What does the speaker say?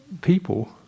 people